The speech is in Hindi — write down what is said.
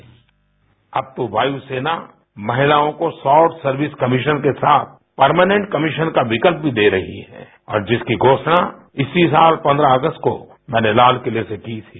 बाईट प्रधानमंत्री अब तो वायुसेना महिलाओं को शार्ट सर्विस कमीशन के साथ पर्मानेंट कमीशन का विकल्प भी दे रही है और जिसकी घोषणा इसी साल प्रद्रह अगस्त को मैंने लाल किले से की थी